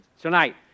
tonight